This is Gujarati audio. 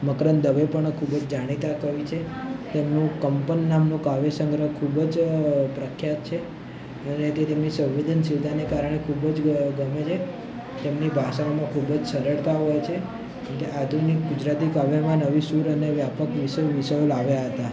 મકરંદ દવે પણ ખૂબ જ જાણીતા કવિ છે તેમનું કંપન નામનું કાવ્ય સંગ્રહ ખૂબ જ પ્રખ્યાત છે અને તે તેમની સંવેદનશીલતાને કારણે ખૂબ જ ગમે છે તેમની ભાષામાં ખૂબ જ સરળતા હોય છે તે આધુનિક ગુજરાતી કાવ્યોમાં નવી સૂર અને વ્યાપક વિષ વિષયો લાવ્યા હતા